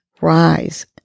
rise